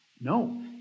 No